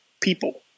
people